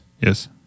Yes